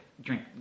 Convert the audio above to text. drink